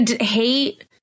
hate